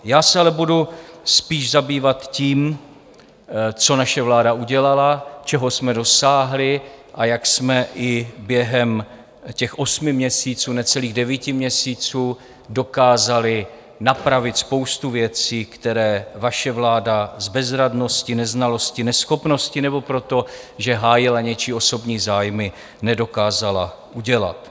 Já se ale budu spíš zabývat tím, co naše vláda udělala, čeho jsme dosáhli a jak jsme i během těch osmi měsíců, necelých devíti měsíců, dokázali napravit spoustu věcí, které vaše vláda s bezradností, neznalostí, neschopností nebo proto, že hájila něčí osobní zájmy, nedokázala udělat.